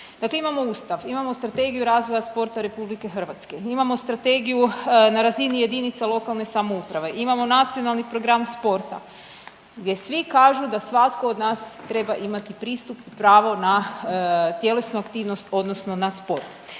Dakle, imamo Ustav, imamo Strategiju razvoja sporta RH, imamo strategiju na razini jedinica lokalne samouprave, imamo Nacionalni program sporta gdje svi kažu da svatko od nas treba imati pristup pravo na tjelesnu aktivnost odnosno na sport.